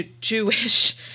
Jewish